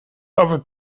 other